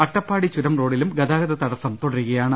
അട്ടപ്പാടി ചുരം റോഡിലും ഗതാഗത തടസ്സം തുടരുകയാണ്